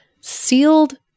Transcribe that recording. sealed